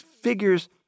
figures